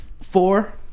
Four